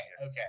Okay